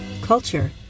culture